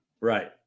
Right